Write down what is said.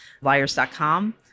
liars.com